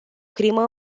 crimă